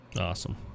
awesome